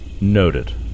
noted